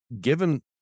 given